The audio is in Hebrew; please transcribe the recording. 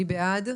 מי בעד?